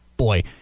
Boy